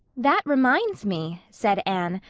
that reminds me, said anne,